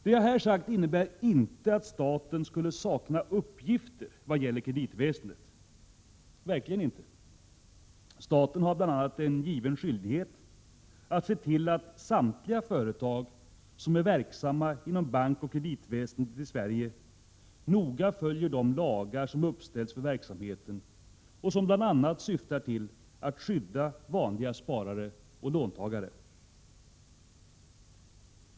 Det jag här sagt innebär inte att staten skulle sakna uppgifter vad gäller kreditväsendet — verkligen inte. Staten har bl.a. en given skyldighet att se till att samtliga företag som är verksamma inom bankoch kreditväsendet i Sverige noga följer de lagar som uppställts för verksamheten och som bl.a. syftar till att skydda vanliga sparare och låntagare.